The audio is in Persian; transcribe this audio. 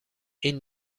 این